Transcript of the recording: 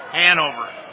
Hanover